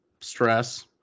stress